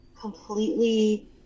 completely